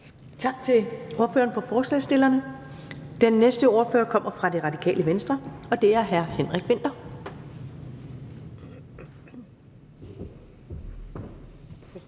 Tak til ordføreren for forslagsstillerne. Den næste ordfører kommer fra Det Radikale Venstre, og det er hr. Henrik Vinther.